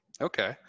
Okay